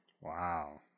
Wow